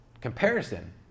Comparison